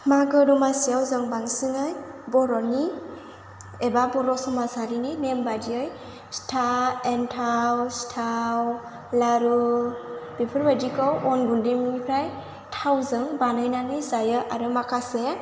मागो दमासियाव जों बांसिनै बर'नि एबा बर' समाजारिनि नेम बायदियै फिथा एनथाव सिथाव लारु बेफोर बायदिखौ अन गुन्दैनिफ्राय थावजों बानायनानै जायो आरो माखासे